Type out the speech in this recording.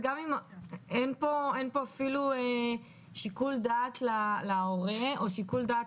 אין פה אפילו שיקול דעת להורה או שיקול דעת